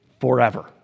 forever